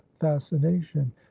fascination